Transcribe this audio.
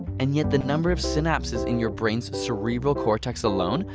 and yet the number of synapses in your brains' cerebral cortex alone,